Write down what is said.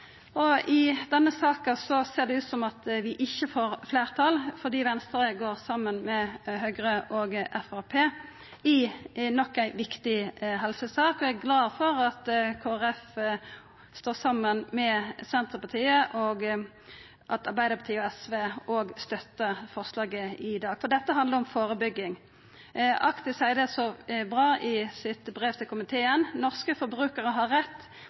I denne saka ser det ut som om vi ikkje får fleirtal fordi Venstre går saman med Høgre og Framstegspartiet i nok ei viktig helsesak, men eg er glad for at Kristeleg Folkeparti står saman med Senterpartiet, og at Arbeidarpartiet og SV òg støttar forslaget i dag. For dette handlar om førebygging. Actis seier det så bra i sitt brev til komiteen: «Norske forbrukere har rett